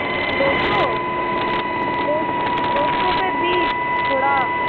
दो सौ दो सौ फिर बी थोह्ड़ा